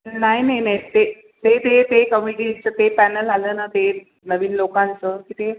नाही नाही नाही ते ते ते ते कमिटीचं ते पॅनल आलं ना ते नवीन लोकांचं की ते